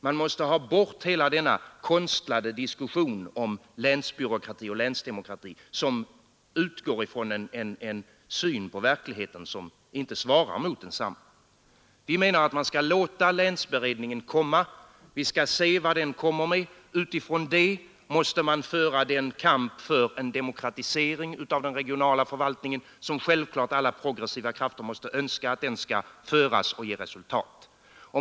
Man måste ha bort hela denna konstlade diskussion om länsbyråkrati och länsdemokrati, som utgår ifrån en syn som icke svarar mot verkligheten. Vi anser att man skall låta länsberedningen bli färdig och se vad den kommer med. Utifrån detta måste man föra den kamp för en demokratisering av den regionala förvaltningen som självklart alla progressiva krafter önskar skall föras och ge resultat.